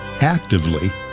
actively